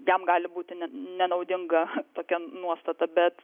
jam gali būti ne nenaudinga tokia nuostata bet